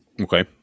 Okay